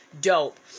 dope